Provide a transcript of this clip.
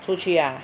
出去 ah